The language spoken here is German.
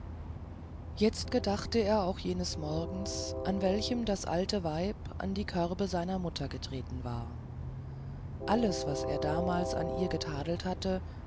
jetzt gedachte er auch jenes morgens an welchem das alte weib an die körbe seiner mutter getreten war alles was er damals an ihr getadelt hatte